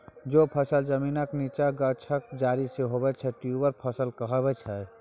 जे फसल जमीनक नीच्चाँ गाछक जरि सँ होइ छै ट्युबर फसल कहाबै छै